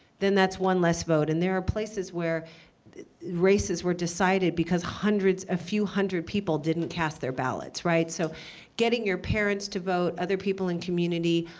then that's one less vote. and there are places where races were decided because hundreds a few hundred people didn't cast their ballots, right? so getting your parents to vote, other people in community,